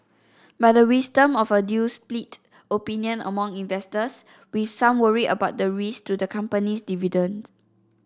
but the wisdom of a deal split opinion among investors with some worried about the risk to the company's dividend